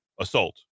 assault